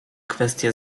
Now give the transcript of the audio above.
kwestię